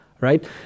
right